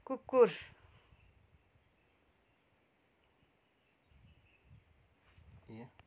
कुकुर